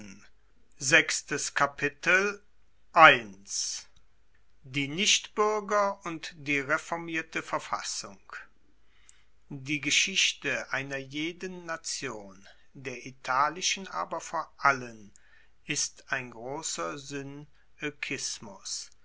die nichtbuerger und die reformierte verfassung die geschichte einer jeden nation der italischen aber vor allen ist ein grosser synoekismus